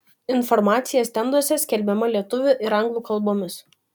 informacija stenduose skelbiama lietuvių ir anglų kalbomis